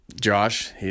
josh